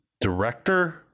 director